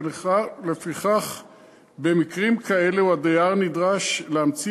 ולפיכך במקרים כאלה הדייר נדרש להמציא